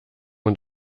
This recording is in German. und